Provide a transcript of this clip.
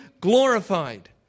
glorified